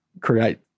create